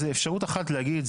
אפשרות אחת להגיד,